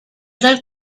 del